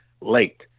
late